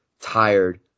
tired